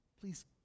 Please